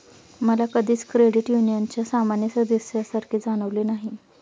मला कधीच क्रेडिट युनियनच्या सामान्य सदस्यासारखे जाणवले नाही